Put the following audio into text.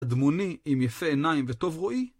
אדמוני עם יפה עיניים וטוב רואי.